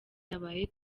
yabaye